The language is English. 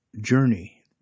journey